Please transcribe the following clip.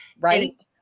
right